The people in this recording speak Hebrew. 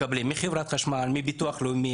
מחברת החשמל, מביטוח לאומי